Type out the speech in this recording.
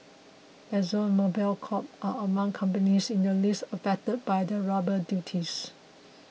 Exxon Mobil Corp are among companies in the list affected by the rubber duties